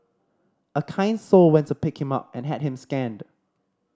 a kind soul went to pick him up and had him scanned